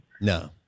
No